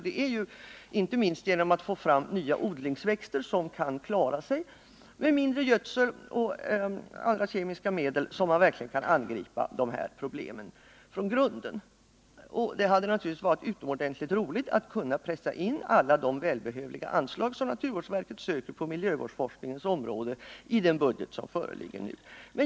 Det är ju inte minst genom att få fram nya odlingsväxter, som kan klara sig med mindre konstgödsel och andra kemiska medel, som man verkligen kan angripa de här problemen från grunden. Det hade naturligtvis varit utomordentligt roligt att kunna pressa in alla de välbehövliga anslag som naturvårdsverket söker på miljövårdsforskningens område i den budget som föreligger nu.